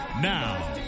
Now